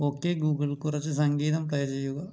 okay Google കുറച്ച് സംഗീതം play ചെയ്യുക